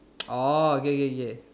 oh okay okay okay